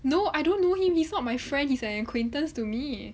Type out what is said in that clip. no I don't know him he's not my friend he's an acquaintance to me